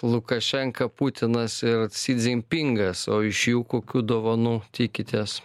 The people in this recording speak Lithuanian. lukašenka putinas ci dzin pingas o iš jų kokių dovanų tikitės